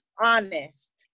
honest